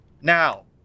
Now